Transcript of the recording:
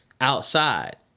outside